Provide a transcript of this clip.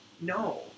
No